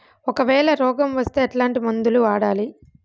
ఒకవేల రోగం వస్తే ఎట్లాంటి మందులు వాడాలి?